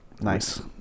Nice